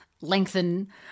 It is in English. lengthen